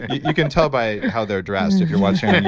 you can tell by how they're dressed if you're watching on and